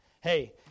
Hey